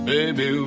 Baby